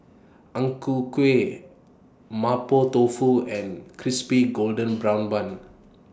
Ang Ku Kueh Mapo Tofu and Crispy Golden Brown Bun